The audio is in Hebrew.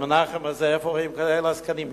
ר' מנחם הזה, איפה רואים כאלה עסקנים?